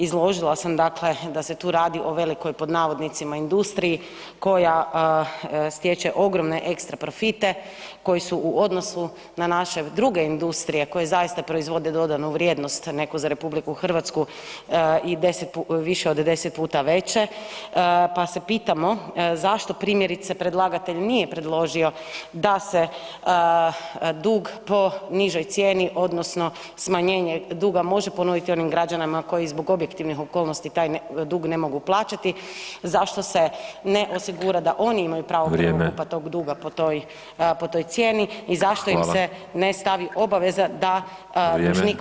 Izložila sam dakle da se tu radi o velikoj, pod navodnicima, industriji koja stječe ogromne ekstra profite koji su u odnosu na naše druge industrije koje zaista proizvode dodanu vrijednost neku za RH i 10, više od 10 puta veće, pa se pitamo zašto primjerice predlagatelj nije predložio da se dug po nižoj cijeni odnosno smanjenje duga može ponoviti onim građanima koji zbog objektivnih okolnosti taj dug ne mogu plaćati, zašto se ne osigura da oni imaju pravo [[Upadica: Vrijeme]] prvokupa tog duga po toj, po toj cijeni i zašto [[Upadica: Hvala]] im se ne stavi obaveza da [[Upadica: Vrijeme, vrijeme kolegice Benčić]] dužnik mora dati, pardon, pristanak.